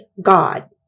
God